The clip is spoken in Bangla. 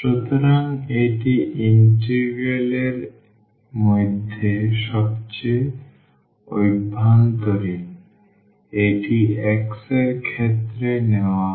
সুতরাং এটি ইন্টিগ্রাল এর মধ্যে সবচেয়ে অভ্যন্তরীণ এটি x এর ক্ষেত্রে নেওয়া হয়